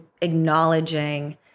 acknowledging